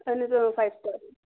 آہَن حظ ٲں فایو سِٹارٕے